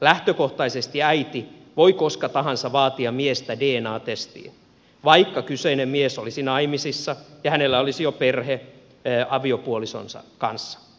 lähtökohtaisesti äiti voi koska tahansa vaatia miestä dna testiin vaikka kyseinen mies olisi naimisissa ja hänellä olisi jo perhe aviopuolisonsa kanssa